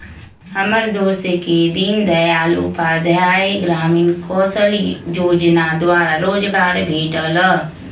हमर दोस के दीनदयाल उपाध्याय ग्रामीण कौशल जोजना द्वारा रोजगार भेटल